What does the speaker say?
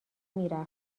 میرفت